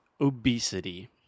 obesity